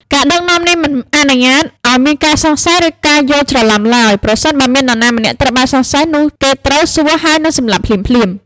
ការដឹកនាំនេះមិនអនុញ្ញាតឱ្យមានការសង្ស័យឬការយល់ច្រឡំឡើយ ប្រសិនបើមាននរណាម្នាក់ត្រូវបានសង្ស័យ នោះគេត្រូវសួរនិងសម្លាប់ភ្លាមៗ។